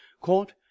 caught